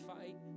fight